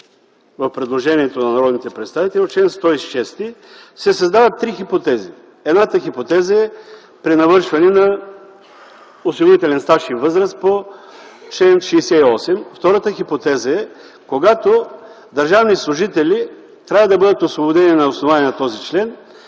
в предложението на народните представители, в чл. 106, се създават три хипотези. Едната хипотеза е при навършване на осигурителен стаж и възраст по чл. 68. Втората хипотеза е, когато държавни служители трябва да бъдат освободени на основание на този член,